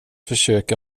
försöka